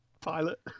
pilot